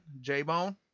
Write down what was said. J-Bone